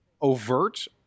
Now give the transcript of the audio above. overt